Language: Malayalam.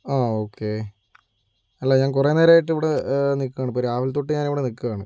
ആ ഓക്കേ അല്ല ഞാൻ കുറേ നേരായിട്ടിവിടെ നിക്കാനിപ്പോൾ രാവിലെ തൊട്ട് ഞാനിവിടെ നിക്കാണ്